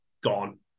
gone